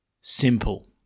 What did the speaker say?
simple